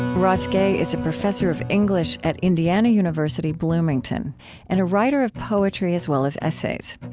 ross gay is a professor of english at indiana university bloomington and a writer of poetry as well as essays.